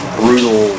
brutal